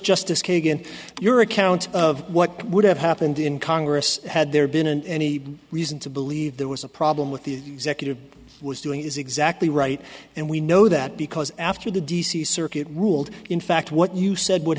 justice kagan your account of what would have happened in congress had there been and any reason to believe there was a problem with the executive was doing is exactly right and we know that because after the d c circuit ruled in fact what you said w